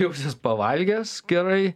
jausies pavalgęs gerai